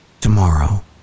tomorrow